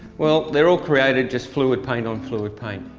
well, they're all created just fluid paint on fluid paint.